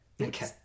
Okay